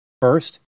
First